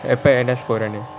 எப்போ என்ன:eppo enna score